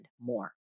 more